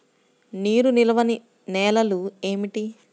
నీరు నిలువని నేలలు ఏమిటి?